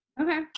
Okay